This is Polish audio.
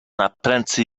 naprędce